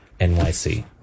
NYC